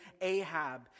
Ahab